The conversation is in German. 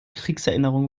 kriegserinnerungen